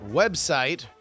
website